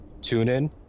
TuneIn